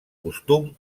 costum